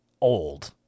old